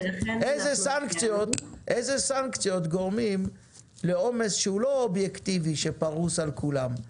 איזה סנקציות גורמים על עומס שהוא לא אובייקטיבי שפרוס על כולם?